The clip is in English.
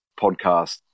podcast